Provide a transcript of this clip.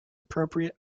appropriate